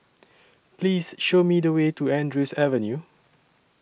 Please Show Me The Way to Andrews Avenue